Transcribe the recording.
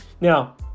Now